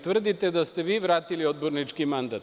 Tvrdite da ste vi vratili odbornički mandat.